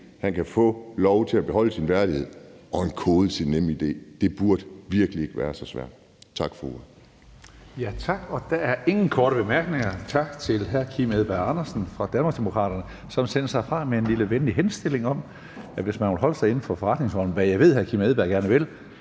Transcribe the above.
kan få lov til at beholde sin værdighed og en kode til NemID. Det burde virkelig ikke være så svært. Tak for ordet.